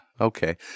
Okay